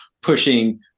pushing